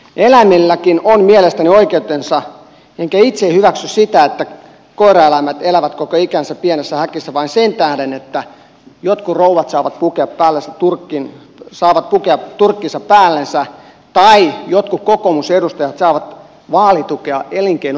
eläimilläkin on mielestäni oikeutensa enkä itse hyväksy sitä että koiraeläimet elävät koko ikänsä pienessä häkissä vain sen tähden että jotkut rouvat saavat pukea turkkinsa päällensä tai jotkut kokoomusedustajat saavat vaalitukea elinkeinoelämältä